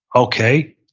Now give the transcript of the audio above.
okay,